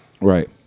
Right